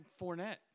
Fournette